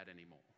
anymore